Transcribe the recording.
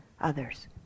others